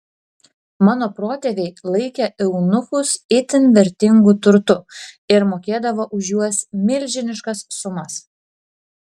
mano protėviai laikė eunuchus itin vertingu turtu ir mokėdavo už juos milžiniškas sumas